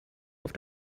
auf